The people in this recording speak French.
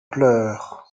pleurs